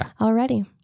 already